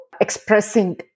expressing